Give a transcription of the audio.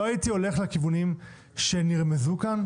לא הייתי הולך לכיוונים שנרמזו כאן.